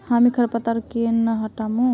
हामी खरपतवार केन न हटामु